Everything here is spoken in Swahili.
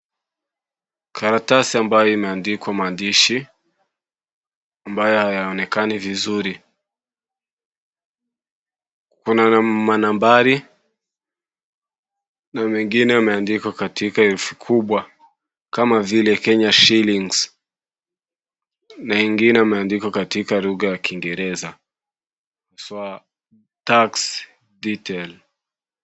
Karatasi ambayo imeandikwa maandishi ambayo hayaonekani vizuri. Kuna manambari na mengine yameandikwa katika herufi kubwa kama vile Kenyan Shillings na ingine imeandikwa katika lugha ya kingereza, tax detail .